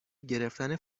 گرفتن